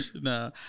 Nah